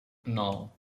nol